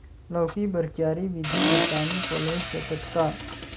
लौकी बर क्यारी विधि ले पानी पलोय सकत का?